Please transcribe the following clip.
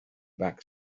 back